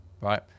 right